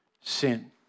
sin